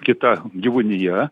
kita gyvūnija